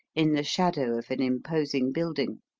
in the shadow of an imposing building.